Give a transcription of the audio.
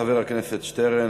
חבר הכנסת שטרן,